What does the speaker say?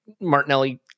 Martinelli